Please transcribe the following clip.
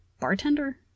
Bartender